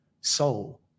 soul